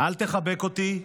אל תחבק אותי,